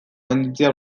gainditzea